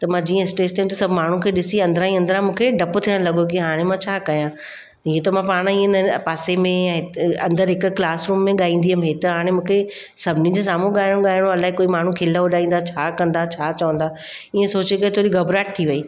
त मां जीअं स्टेज ते वियमि त सभु माण्हू मूंखे ॾिसी अंदरा ई अंदरा मूंखे डप थियणु लॻो की हाणे मां छा कयां हीअं त मां पाण ई हिन पासे में या अंदरि हिकु क्लासरूम में ॻाईंदी हुअमि इहे त हाणे मूंखे सभिनी जे साम्हूं गानो ॻाइणो अलाए कोई माण्हू खिल उॾाईंदा छा कंदा छा चवंदा इहे सोचे करे थोरी घबराहट थी वई